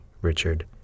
Richard